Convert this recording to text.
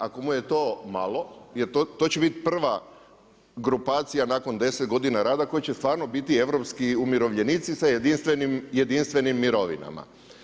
Ako mu je to malo jer to će biti prva grupacija nakon deset godina rada koji će stvarno biti europski umirovljenici sa jedinstvenim mirovinama.